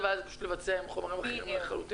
ואז פשוט לבצע עם חומרים אחרים לחלוטין?